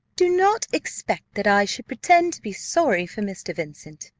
do not expect that i should pretend to be sorry for mr. vincent,